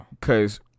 Cause